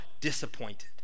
disappointed